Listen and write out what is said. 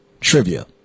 trivia